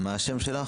מה השם שלך?